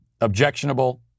Objectionable